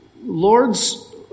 Lord's